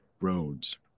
roads